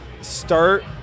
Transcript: start